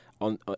on